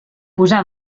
posar